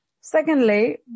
Secondly